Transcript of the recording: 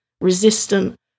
resistant